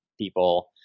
people